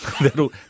that'll